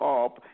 up